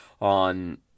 on